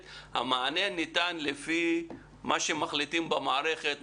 אלא ניתן לפי מה שמחליטים במערכת,